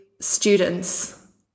students